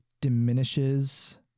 diminishes